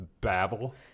babble